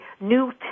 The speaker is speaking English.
new